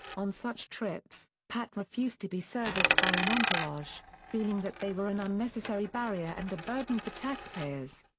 on such trips, pat refused to be serviced by an entourage, feeling that they were an unnecessary barrier and a burden for taxpayers.